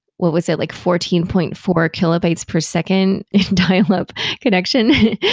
what was it? like fourteen point four kilobytes per second in dial-up connection.